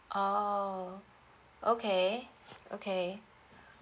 oh okay okay